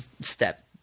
step